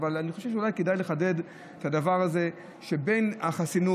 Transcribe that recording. אבל אני חושב שאולי כדאי לחדד את הדבר הזה שבין החסינות